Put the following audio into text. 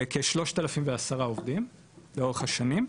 כ- 3,010 עובדים לאורך השנים,